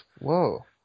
Whoa